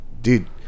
dude